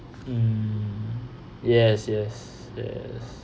mm yes yes yes